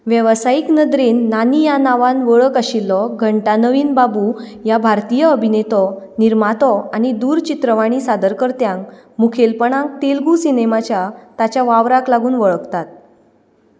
वेवसायीक नदरेन नानी ह्या नांवान वळख आशिल्लो घण्टा नवीन बाबू ह्या भारतीय अभिनेतो निर्मातो आनी दूरचित्रवाणी सादरकर्त्याक मुखेलपणान तेलुगू सिनेमाच्या ताच्या वावराक लागून वळखतात